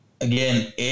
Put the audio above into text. Again